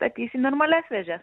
ateis į normalias vėžes